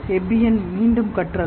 Hebbian மீண்டும்கற்றல்